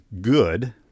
good